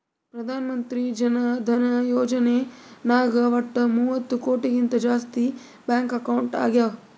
ಪ್ರಧಾನ್ ಮಂತ್ರಿ ಜನ ಧನ ಯೋಜನೆ ನಾಗ್ ವಟ್ ಮೂವತ್ತ ಕೋಟಿಗಿಂತ ಜಾಸ್ತಿ ಬ್ಯಾಂಕ್ ಅಕೌಂಟ್ ಆಗ್ಯಾವ